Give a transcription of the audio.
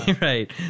Right